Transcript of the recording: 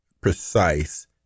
precise